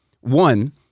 One